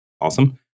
awesome